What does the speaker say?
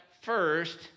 first